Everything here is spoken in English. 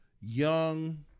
young